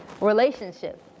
relationship